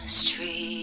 street